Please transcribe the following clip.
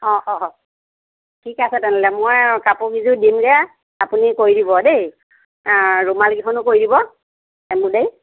অঁ অঁ অঁ ঠিকে আছে তেনেহ'লে মই কাপোৰ কেইযোৰ দিমগৈ আপুনি কৰি দিব দেই ৰুমালকেইখনো কৰি দিব এমবডাই